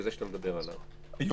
הזה שאתה מדבר עליו --- היומי?